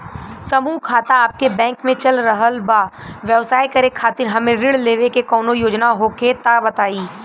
समूह खाता आपके बैंक मे चल रहल बा ब्यवसाय करे खातिर हमे ऋण लेवे के कौनो योजना होखे त बताई?